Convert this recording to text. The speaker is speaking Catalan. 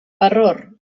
error